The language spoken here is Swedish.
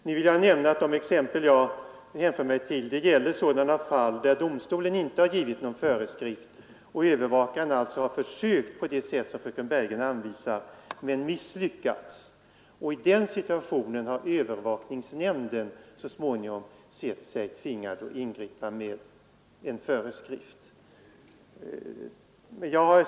Jag vill nämna att de exempel jag hänför mig till gäller sådana fall där domstolen inte har givit någon föreskrift och övervakaren alltså har försökt gå till väga på det sätt som fröken Bergegren anvisar men misslyckats. I den situationen har övervakningsnämnden så småningom sett sig tvingad att ingripa med föreskrift.